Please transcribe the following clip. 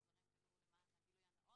צריך לומר את הדברים, ולו למען הגילוי הנאות,